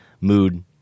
mood